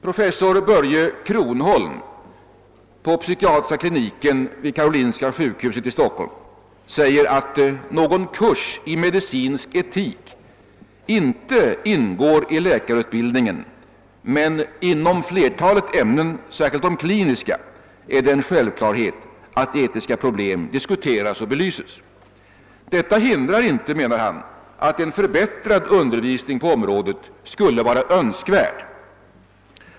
Professor Börje Cronholm på psykiatriska kliniken vid Karolinska sjukhuset i Stockholm säger att någon kurs i medicinsk etik inte ingår i läkarutbildningen, men inom flertalet ämnen, särskilt de kliniska, är det en självklarhet att etiska problem diskuteras och belyses. Detta hindrar inte, menar han, att en förbättrad undervisning på området skulle vara önskvärd.